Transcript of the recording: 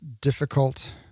difficult